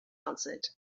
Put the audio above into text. answered